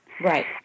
Right